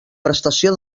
prestació